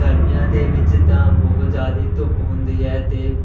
ਗਰਮੀਆਂ ਦੇ ਵਿੱਚ ਤਾਂ ਬਹੁਤ ਜ਼ਿਆਦਾ ਧੁੱਪ ਹੁੰਦੀ ਹੈ ਅਤੇ